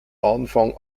anfang